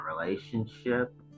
relationship